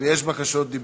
ויש בקשות דיבור.